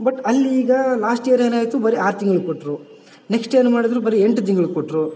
but ಅಲ್ಲಿ ಈಗ last year ಏನಾಯ್ತು ಬರಿ ಆರುತಿಂಗ್ಳು ಕೊಟ್ರು ನೆಕ್ಸ್ಟ್ ಏನು ಮಾಡಿದ್ರು ಬರೀ ಎಂಟು ತಿಂಗ್ಳು ಕೊಟ್ರು